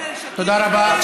תודה רבה.